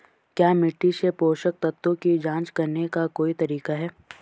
क्या मिट्टी से पोषक तत्व की जांच करने का कोई तरीका है?